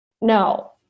No